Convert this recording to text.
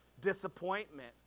disappointment